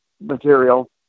material